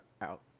out